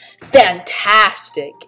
fantastic